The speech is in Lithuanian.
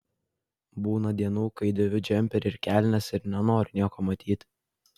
būna dienų kai dėviu džemperį ir kelnes ir nenoriu nieko matyti